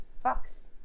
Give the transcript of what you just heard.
Fox